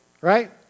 right